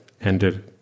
ended